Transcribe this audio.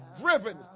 driven